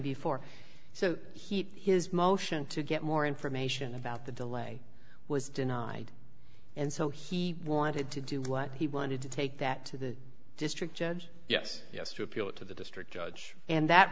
before so he his motion to get more information about the delay was denied and so he wanted to do what he wanted to take that to the district judge yes yes to appeal it to the district judge and that